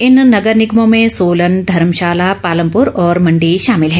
इन नगर निगमों में सोलन धर्मशाला पालमपुर और मंडी शामिल है